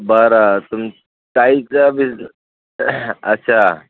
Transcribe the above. बरं तुम ताईचा बिस अच्छा